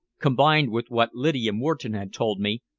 combined with what lydia moreton had told me,